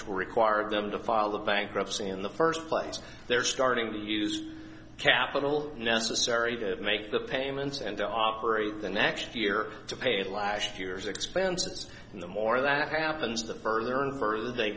two require them to file the bankruptcy in the first place they're starting to use capital necessary to make the payments and to operate the next year to pay last year's expenses and the more that happens the further and further they